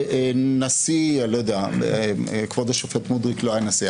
ויציעו נשיא כבוד השופט מודריק לא היה נשיא,